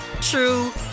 true